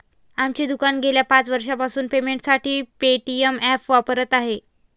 आमचे दुकान गेल्या पाच वर्षांपासून पेमेंटसाठी पेटीएम ॲप वापरत आहे